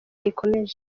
rikomeje